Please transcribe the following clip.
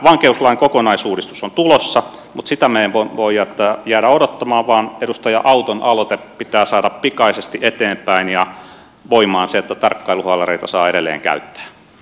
vankeuslain kokonaisuudistus on tulossa mutta sitä me emme voi jäädä odottamaan vaan edustaja auton aloite pitää saada pikaisesti eteenpäin ja voimaan se että tarkkailuhaalareita saa edelleen käyttää